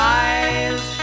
eyes